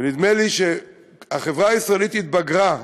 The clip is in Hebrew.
ונדמה לי שהחברה הישראלית התבגרה,